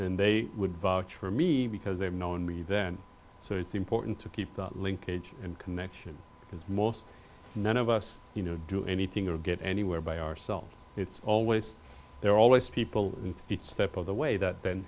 and they would vote for me because they've known me then so it's important to keep that linkage and connection because most none of us you know do anything or get anywhere by ourselves it's always there are always people in each step of the way that